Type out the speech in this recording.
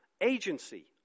agency